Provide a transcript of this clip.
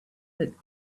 that